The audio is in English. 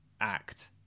act